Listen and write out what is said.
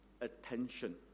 attention